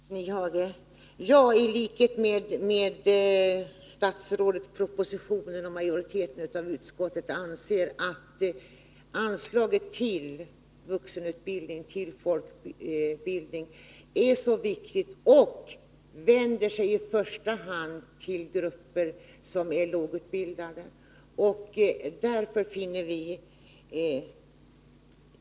Herr talman! I likhet med statsrådet och utskottsmajoriteten anser jag att anslaget till vuxenutbildning och folkbildning är viktigt, därför att det i första hand vänder sig till grupper som är lågutbildade.